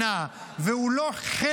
הוא לא נמצא בתוך תקציב המדינה,